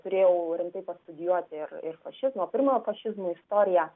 turėjau rimtai pastudijuoti ir ir fašizmo ir pirmo fašizmo istoriją